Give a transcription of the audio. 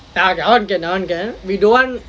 bag aren't getting oregon we don't want